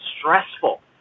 stressful